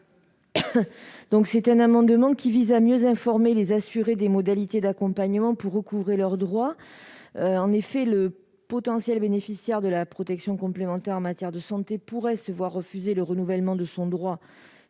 Lubin. Cet amendement vise à mieux informer les assurés des modalités d'accompagnement pour recouvrer leurs droits. En effet, le potentiel bénéficiaire de la protection complémentaire en matière de santé peut se voir refuser le renouvellement de son droit